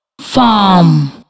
Farm